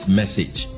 message